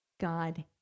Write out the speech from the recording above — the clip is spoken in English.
God